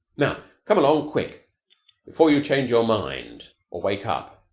now, come along quick before you change your mind or wake up.